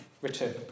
Return